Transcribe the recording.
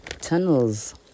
tunnels